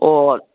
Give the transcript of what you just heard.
ꯑꯣ